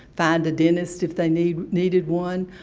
find a dentist if they needed needed one,